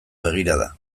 begirada